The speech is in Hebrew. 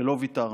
שלא ויתרנו.